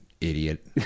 idiot